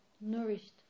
nourished